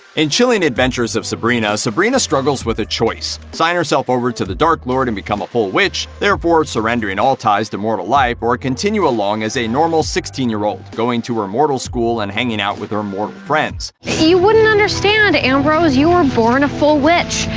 in chilling adventures of sabrina, sabrina struggles with a choice sign herself over to the dark lord and become a full witch, therefore surrendering all ties to mortal life, or continue along as a normal sixteen year old, going to her mortal school, and hanging out with her mortal friends. you wouldn't understand ambrose. you were born a full witch.